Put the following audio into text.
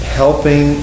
helping